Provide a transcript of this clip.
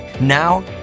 Now